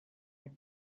are